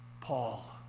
Paul